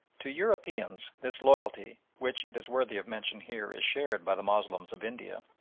to europeans this loyalty, which, it is worthy of mention here, is shared by the moslems of india,